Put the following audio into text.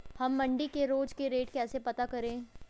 हम मंडी के रोज के रेट कैसे पता करें?